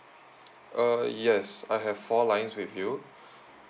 err yes I have four lines with you